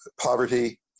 poverty